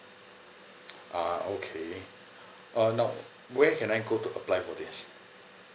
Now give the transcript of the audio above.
ah okay uh now where can I go to apply for this